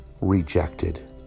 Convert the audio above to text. rejected